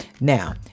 Now